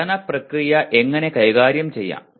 പഠന പ്രക്രിയ എങ്ങനെ കൈകാര്യം ചെയ്യാം